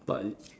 but